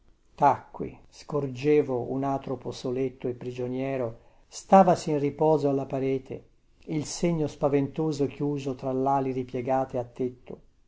tacqui scorgevo un atropo soletto e prigioniero stavasi in riposo alla parete il segno spaventoso chiuso tra lali ripiegate a tetto